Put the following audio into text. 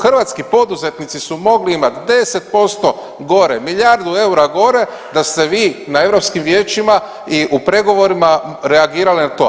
Hrvatski poduzetnici su mogli imati 10% gore, milijardu eura gore da ste vi u Europskim vijećima i u pregovorima reagirali na to.